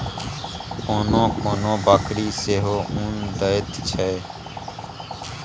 कोनो कोनो बकरी सेहो उन दैत छै